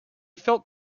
felt